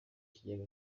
kigega